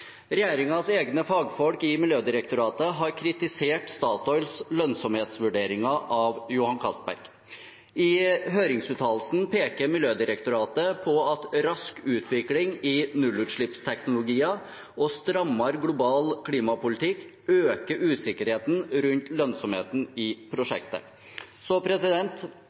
egne fagfolk i Miljødirektoratet har kritisert Statoils lønnsomhetsvurderinger av Johan Castberg. I høringsuttalelsen peker Miljødirektoratet på at rask utvikling i nullutslippsteknologier og strammere global klimapolitikk øker usikkerheten rundt lønnsomheten i prosjektet.